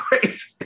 crazy